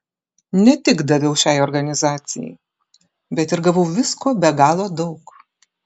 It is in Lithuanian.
ne tik daviau šiai organizacijai bet ir gavau visko be galo daug